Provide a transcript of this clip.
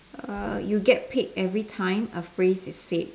err you get paid every time a phrase is said